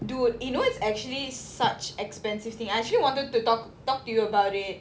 dude you know it's actually such expensive thing I actually wanted to talk talk to you about it